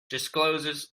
discloses